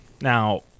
Now